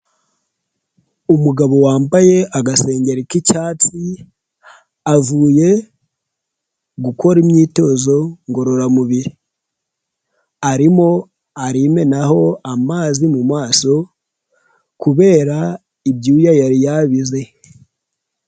Umugabo wambaye agasengero k'icyatsi avuye gukora imyitozo ngororamubiri, arimo arimenaho amazi mu maso kubera ibyuya yari yabize.